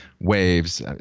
waves